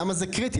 למה זה קריטי.